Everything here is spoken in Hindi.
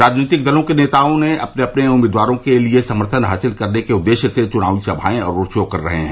राजनीति दलों के नेता अपने अपने उम्मीदवारों के लिये समर्थन हासिल करने के उद्देश्य से चुनावी सभाएं और रोड शो कर रहे हैं